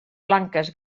blanques